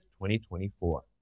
2024